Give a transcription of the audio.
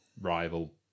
rival